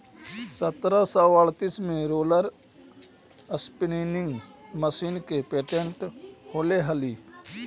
सत्रह सौ अड़तीस में रोलर स्पीनिंग मशीन के पेटेंट होले हलई